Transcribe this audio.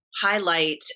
Highlight